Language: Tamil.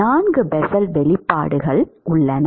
நான்கு பெசல் செயல்பாடுகள் உள்ளன